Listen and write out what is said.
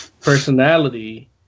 personality